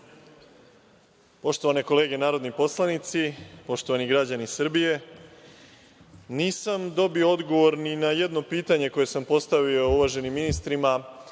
Poštovane kolege narodni poslanici, poštovani građani Srbije, nisam dobio odgovor ni na jedno pitanje koje sam postavio uvaženim ministrima